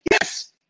Yes